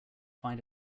find